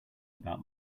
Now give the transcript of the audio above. about